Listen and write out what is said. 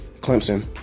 Clemson